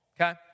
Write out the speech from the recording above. Okay